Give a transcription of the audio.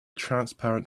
transparent